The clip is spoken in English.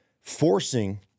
forcing